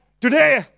today